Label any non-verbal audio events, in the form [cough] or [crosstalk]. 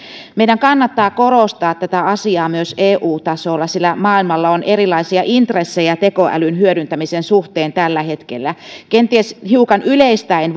meidän kannattaa korostaa tätä asiaa myös eu tasolla sillä maailmalla on erilaisia intressejä tekoälyn hyödyntämisen suhteen tällä hetkellä kenties hiukan yleistäen [unintelligible]